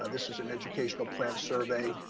ah this was an educational plant survey,